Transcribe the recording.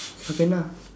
அப்ப என்னா:appa ennaa